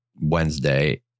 Wednesday